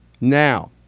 Now